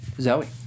Zoe